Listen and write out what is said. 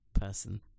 person